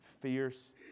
Fierce